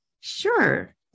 Sure